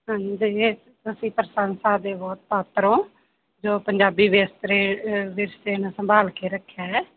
ਹਾਂਜੀ ਤੁਸੀਂ ਪ੍ਰਸੰਸਾ ਦੇ ਬਹੁਤ ਪਾਤਰ ਹੋ ਜੋ ਪੰਜਾਬੀ ਵਿਸਤਰੇ ਵਿਰਸੇ ਨੂੰ ਸੰਭਾਲ ਕੇ ਰੱਖਿਆ ਹੈ